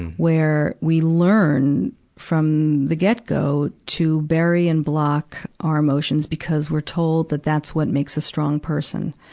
where we learn from the get go to bury and block our emotions because we're told that that's what makes a strong person.